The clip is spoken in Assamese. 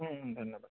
ধন্যবাদ